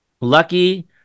Lucky